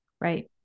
right